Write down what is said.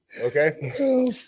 okay